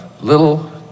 Little